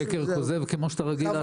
זה שקר וכזב, כפי שאתה רגיל לעשות.